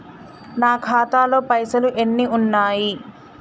నా ఖాతాలో పైసలు ఎన్ని ఉన్నాయి?